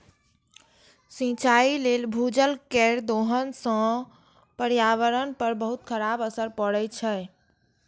सिंचाइ लेल भूजल केर दोहन सं पर्यावरण पर बहुत खराब असर पड़ै छै